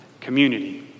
community